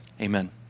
Amen